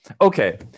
okay